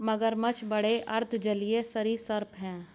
मगरमच्छ बड़े अर्ध जलीय सरीसृप हैं